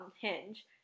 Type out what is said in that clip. Hinge